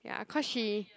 ya cause she